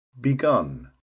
begun